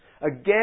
Again